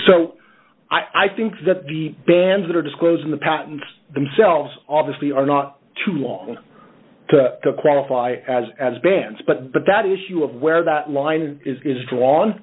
so i think that the bands that are disclosing the patents themselves obviously are not too long to qualify as as bands but but that issue of where the line is drawn